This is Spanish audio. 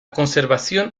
conservación